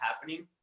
happening